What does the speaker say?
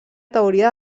teoria